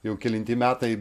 jau kelinti metai